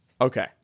Okay